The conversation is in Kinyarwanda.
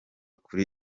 kuri